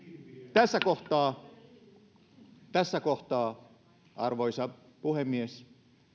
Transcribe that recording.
tässä kohtaa tässä kohtaa arvoisa puhemies